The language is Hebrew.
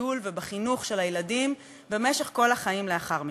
בגידול ובחינוך של הילדים במשך כל החיים לאחר מכן.